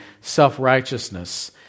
self-righteousness